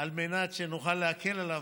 על מנת שנוכל להקל עליו,